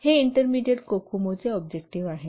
तर हे intermediate COCOMO चे ऑब्जेक्टिव्ह आहे